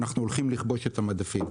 אנחנו הולכים לכבוש את המדפים,